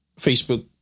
Facebook